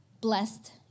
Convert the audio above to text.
Blessed